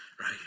right